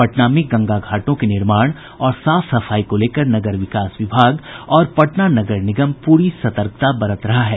पटना में गंगा घाटों के निर्माण और साफ सफाई को लेकर नगर विकास विभाग और पटना नगर निगम प्ररी सतर्कता बरत रहा है